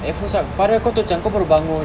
at first ah padahal macam kau baru bangun